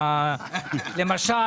למשל,